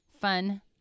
fun